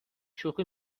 شوخی